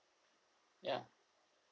ya